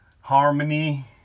harmony